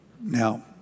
Now